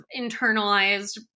internalized